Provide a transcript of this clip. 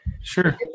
sure